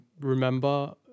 remember